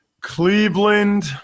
Cleveland